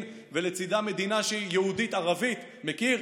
ולצידה מדינה שהיא יהודית-ערבית מכיר?